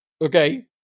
Okay